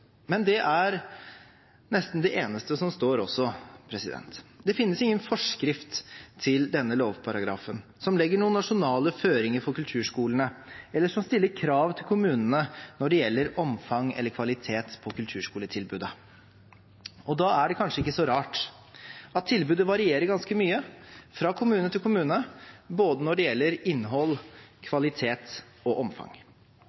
Men det er nesten også det eneste som står. Det finnes ingen forskrift til denne lovparagrafen som legger noen nasjonale føringer for kulturskolene, eller som stiller krav til kommunene når det gjelder omfang eller kvalitet på kulturskoletilbudet. Da er det kanskje ikke så rart at tilbudet varierer ganske mye fra kommune til kommune, når det gjelder både innhold,